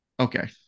Okay